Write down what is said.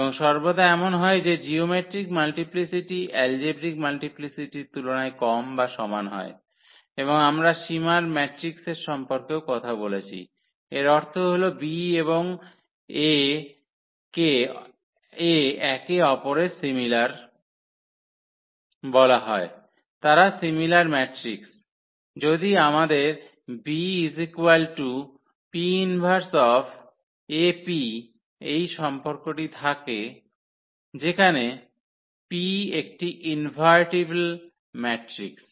এবং সর্বদা এমন হয় যে জিওম্যাট্রিক মাল্টিপ্লিসিটি এলজেব্রিক মাল্টিপ্লিসিটির তুলনায় কম বা সমান হয় এবং আমরা সিমিলার ম্যাট্রিক্সের সম্পর্কেও কথা বলেছি এর অর্থ হল B এবং A একে অপরের সিমিলার বলা হয় তারা সিমিলার ম্যাট্রিক্স যদি আমাদের BP 1AP এই সম্পর্কটি থাকে যেখানে 𝑃 একটি ইনভার্টিবল ম্যাট্রিক্স